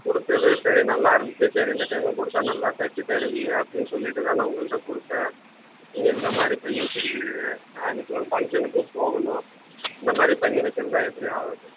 கொடுத்தது சரி நல்லா இருந்துச்சு சரி இந்த டைமும் கொடுத்தா நல்லா தைச்சு தருவீங்க அப்படின்னு சொல்லிட்டு தான் நான் உங்கள்கிட்ட கொடுத்தேன் நீங்கள் இந்த மாதிரி பண்ணி வெச்சுருக்கீங்க நான் இன்றைக்கு ஒரு ஃபங்க்ஷனுக்கு போகணும் இந்த மாதிரி பண்ணி வெச்சுருந்தா எப்படி ஆகிறது